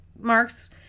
marks